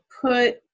put